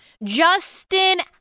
Justin